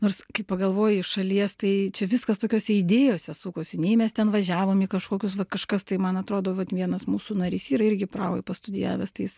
nors kai pagalvoji iš šalies tai čia viskas tokiose idėjose sukosi nei mes ten važiavom į kažkokius va kažkas tai man atrodo vat vienas mūsų narys yra irgi prahoj pastudijavęs tai jis